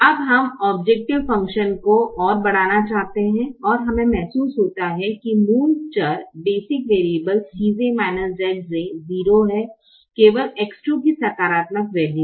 अब हम objective function को और बढ़ाना चाहते हैं और हमें महसूस होता है कि मूल चर बेसिक वरीयब्लेस Cj Zj 0 है केवल X 2 की सकारात्मक वैल्यू है